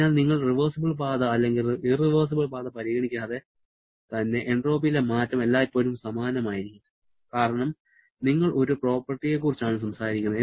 അതിനാൽ നിങ്ങൾ റിവേഴ്സിബിൾ പാത അല്ലെങ്കിൽ ഇറവെഴ്സിബിൾ പാത പരിഗണിക്കാതെ തന്നെ എൻട്രോപ്പിയിലെ മാറ്റം എല്ലായ്പ്പോഴും സമാനമായിരിക്കും കാരണം നിങ്ങൾ ഒരു പ്രോപ്പർട്ടിയെ കുറിച്ച് ആണ് സംസാരിക്കുന്നത്